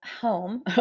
home